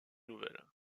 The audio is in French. nouvelles